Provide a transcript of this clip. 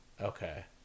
Okay